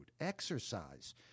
Exercise